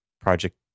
project